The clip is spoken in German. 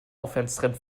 aufwärtstrend